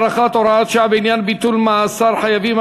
הארכת הוראת שעה בעניין ביטול מאסר חייבים),